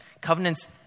Covenants